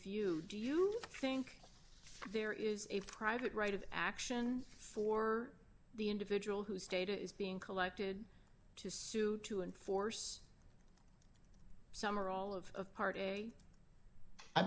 view do you think there is a private right of action for the individual whose data is being collected to suit to enforce some or all of part